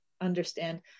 understand